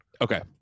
Okay